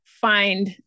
find